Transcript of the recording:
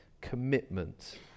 commitment